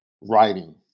writing